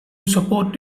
support